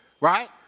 right